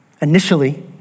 initially